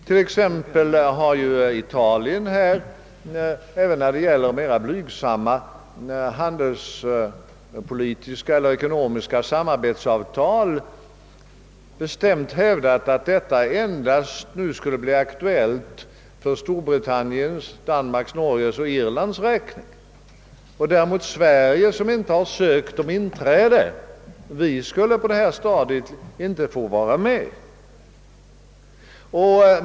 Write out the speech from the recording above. Sålunda har exempelvis Italien även när det gäller mera blygsamma handelspolitiska och ekonomiska samarbetsavtal bestämt hävdat att detta nu endast skulle bli aktuellt för Storbritanniens, Danmarks, Norges och Irlands räkning, medan däremot Sverige, som inte anses ha ansökt om förhandlingar rörande medlemskap på detta stadium inte skulle få vara med.